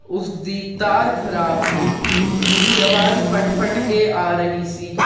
ਉਸ ਦੀ ਤਾਰ ਖਰਾਬ ਸੀ ਉਸ ਦੀ ਆਵਾਜ਼ ਫੱਟ ਫੱਟ ਕੇ ਆ ਰਹੀ ਸੀ